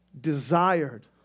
desired